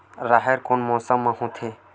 राहेर कोन मौसम मा होथे?